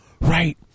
Right